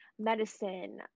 medicine